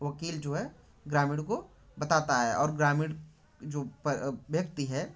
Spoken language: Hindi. वकील जो है ग्रामीण को बताता है और ग्रामीण जो व्यक्ति है